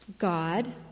God